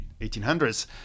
1800s